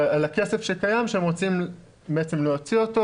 על הכסף שקיים שהם רוצים להוציא אותו.